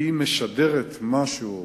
כי היא משדרת משהו,